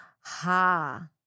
Ha